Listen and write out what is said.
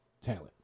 talent